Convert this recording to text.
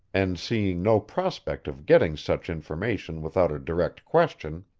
and seeing no prospect of getting such information without a direct question,